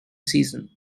season